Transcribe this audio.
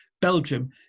Belgium